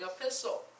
epistle